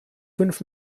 fünf